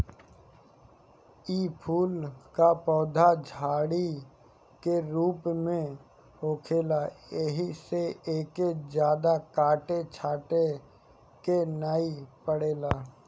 इ फूल कअ पौधा झाड़ी के रूप में होखेला एही से एके जादा काटे छाटे के नाइ पड़ेला